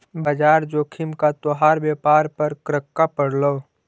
बाजार जोखिम का तोहार व्यापार पर क्रका पड़लो